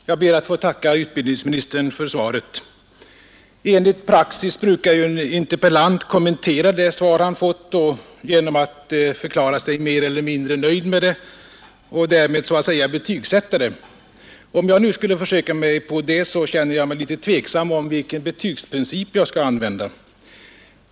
Herr talman! Jag ber att få tacka utbildningsministern för svaret. Enligt praxis brukar ju en interpellant kommentera det svar han fått genom att förklara sig mer eller mindre nöjd med det och därmed så att säga betygsätta det. Om jag nu skulle försöka det, så känner jag mig litet tveksam om vilken betygsprincip jag skall använda.